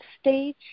stage